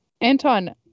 Anton